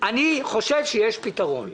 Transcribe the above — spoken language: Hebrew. אני חושב שיש פתרון.